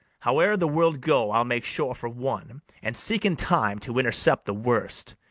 howe'er the world go, i'll make sure for one, and seek in time to intercept the worst,